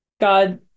God